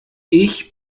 ich